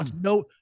no